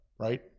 right